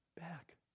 back